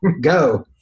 Go